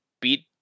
beat